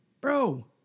Bro